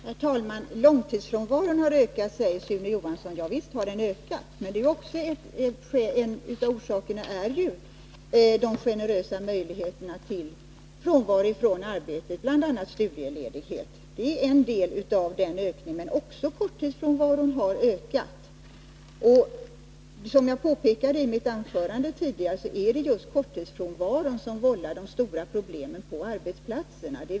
Herr talman! Långtidsfrånvaron har ökat, säger Sune Johansson. Ja visst har den det. Men en av orsakerna är ju de generösa reglerna när det gäller att få ledigt från arbetet, bl.a. för studier. Men också korttidsfrånvaron har ökat. Som jag påpekade i mitt tidigare anförande är det just korttidsfrånvaron som vållar de stora problemen på arbetsplatserna.